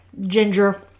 Ginger